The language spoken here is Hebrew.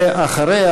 ואחריה,